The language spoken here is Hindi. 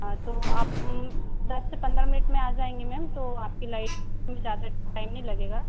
हाँ तो आप दस से पन्द्रह मिनट में आ जाएँगे मैम तो आपकी लाइट को भी ज़्यादा टाइम नहीं लगेगा